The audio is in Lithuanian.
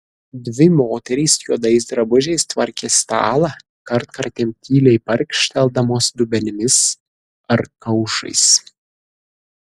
dvi moterys juodais drabužiais tvarkė stalą kartkartėm tyliai barkštelėdamos dubenimis ar kaušais